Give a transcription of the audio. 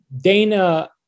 Dana